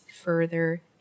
further